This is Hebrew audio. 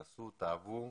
תעשו, תאהבו,